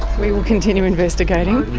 we will continue investigating.